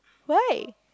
why